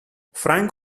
frank